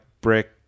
brick